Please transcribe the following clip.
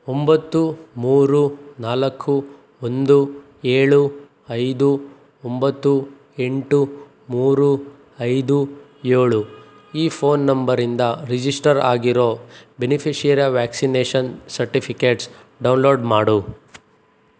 ಒಂಬತ್ತು ಮೂರು ನಾಲ್ಕು ಒಂದು ಏಳು ಐದು ಒಂಬತ್ತು ಎಂಟು ಮೂರು ಐದು ಏಳು ಈ ಫೋನ್ ನಂಬರಿಂದ ರಿಜಿಸ್ಟರ್ ಆಗಿರೋ ಬೆನಿಫಿಷಿರ ವ್ಯಾಕ್ಸಿನೇಷನ್ ಸರ್ಟಿಫಿಕೇಟ್ಸ್ ಡೌನ್ಲೋಡ್ ಮಾಡು